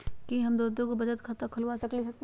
कि हम दो दो गो बचत खाता खोलबा सकली ह की न?